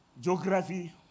geography